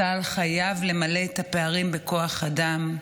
צה"ל חייב למלא את הפערים בכוח אדם,